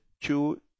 two